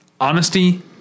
honesty